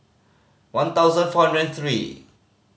one thousand four hundred and three